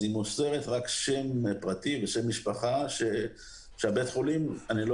היא מוסרת רק שם פרטי ושם משפחה ואני לא